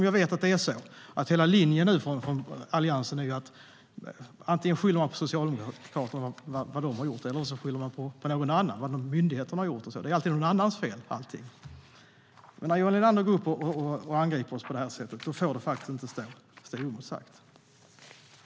Jag vet att hela linjen från Alliansen är att skylla antingen på Socialdemokraterna eller på en myndighet - det är alltid någon annans fel - men när Johan Linander angriper oss på det sättet får det inte stå oemotsagt.